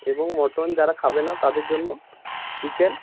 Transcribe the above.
এবং মটন যারা খাবে না তাদের জন্য চিকেন